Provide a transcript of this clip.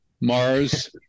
Mars